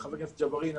חבר הכנסת ג'בארין,